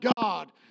God